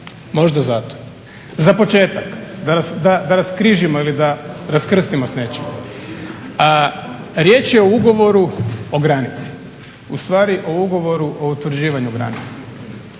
možda za to. Za početak, da raskrižimo ili da raskrstimo s nečim. Riječ je o ugovoru o granici, u stvari o ugovoru o utvrđivanju granice.